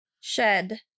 Shed